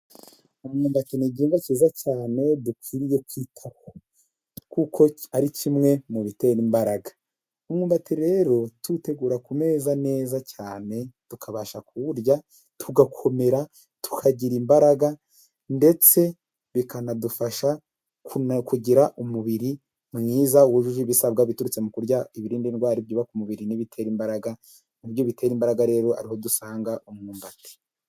Umuntu ni igihugu cyiza cyane dukwiriye kwitaho kuko ari kimwe mu bitera imbaraga, umwumbati rero tuwutegura ku meza neza cyane tukabasha kuwurya, tugakomera tukagira imbaraga ndetse bikanadufasha kugira umubiri mwiza wujuje ibisabwa, biturutse mu kurya ibirinda indwara byubaka umubiri, n'ibitera imbaraga muri ibyo bitera imbaraga rero ari ho dusanga umwumbati.